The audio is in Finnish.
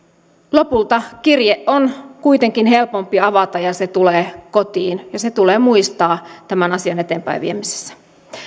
lopulta kirje on kuitenkin helpompi avata ja se tulee kotiin ja se tulee muistaa tämän asian eteenpäinviemisessä